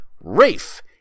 Rafe